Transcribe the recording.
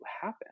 happen